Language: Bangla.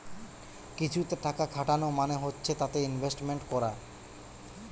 কিছুতে টাকা খাটানো মানে হচ্ছে তাতে ইনভেস্টমেন্ট করা